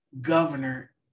governor